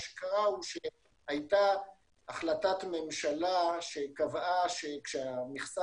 מה שקרה הוא שהייתה החלטת ממשלה שקבעה שכשהמכסה